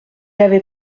avait